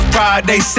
Friday